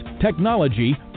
technology